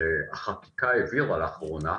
שהחקיקה העבירה לאחרונה,